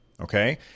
Okay